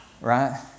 right